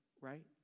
right